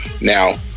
Now